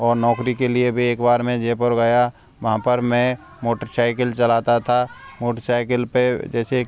और नौकरी के लिए भी एक बार मैं जयपुर गया वहाँ पर मैं मोटरसाइकिल मोटरसाइकिल चलाता था मोटरसाइकिल पर जैसे